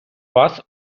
вас